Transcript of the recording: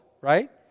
right